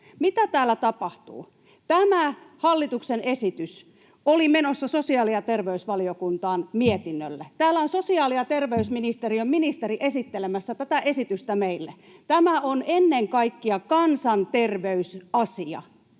Mitä täällä tapahtuu? Tämä hallituksen esitys oli menossa sosiaali- ja terveysvaliokuntaan mietinnölle. Täällä on sosiaali- ja terveysministeriön ministeri esittelemässä tätä esitystä meille. Tämä on ennen kaikkea kansanterveysasia,